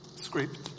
script